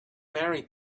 married